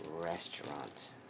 restaurant